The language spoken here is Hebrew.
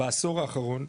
בעשור האחרון,